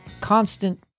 constant